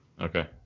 Okay